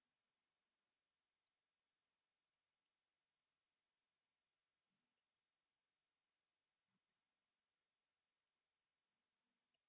ya